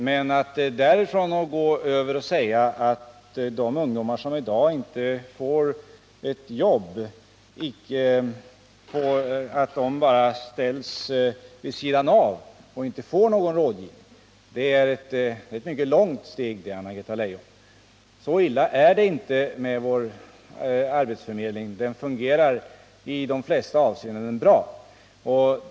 Men att därifrån gå över till att säga att de ungdomar som i dag inte får jobb bara ställs vid sidan av, utan rådgivning, är ett mycket långt steg, Anna-Greta Leijon. Så 9 illa är det inte med vår arbetsförmedling — den fungerar i de flesta avseenden bra.